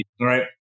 Right